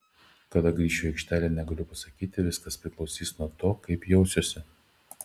kada grįšiu į aikštelę negaliu pasakyti viskas priklausys nuo to kaip jausiuosi